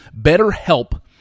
BetterHelp